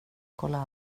kolla